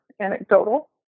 anecdotal